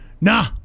Nah